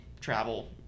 travel